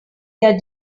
their